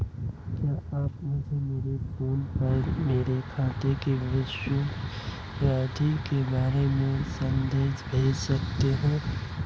क्या आप मुझे मेरे फ़ोन पर मेरे खाते की शेष राशि के बारे में संदेश भेज सकते हैं?